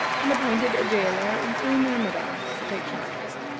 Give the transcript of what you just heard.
and appointed a jailer and three myrmidons to take charge of it.